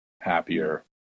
happier